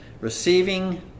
receiving